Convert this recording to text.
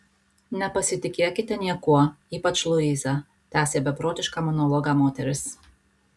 nepasitikėkite niekuo ypač luise tęsė beprotišką monologą moteris